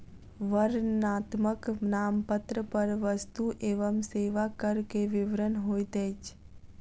वर्णनात्मक नामपत्र पर वस्तु एवं सेवा कर के विवरण होइत अछि